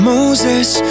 Moses